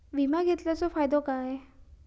विमा घेतल्याचो फाईदो काय?